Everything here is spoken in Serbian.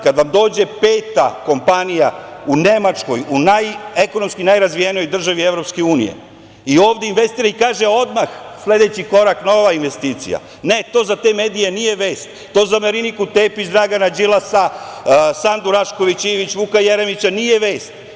Kada vam dođe peta kompanija u Nemačkoj, u ekonomski najrazvijenijoj državi EU, ovde investira i kaže – odmah sledeći korak nova investicija, ne, to za te medije nije vest, to za Mariniku Tepić, Dragana Đilasa, Sandu Rašković Ivić, Vuka Jeremića nije vest.